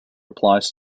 applies